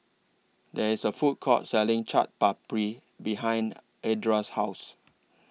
There IS A Food Court Selling Chaat Papri behind Edra's House